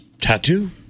tattoo